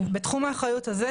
בתחום האחריות הזה,